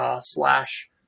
slash